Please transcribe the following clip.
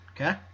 okay